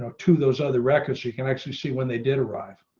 to those other records, you can actually see when they did arrive.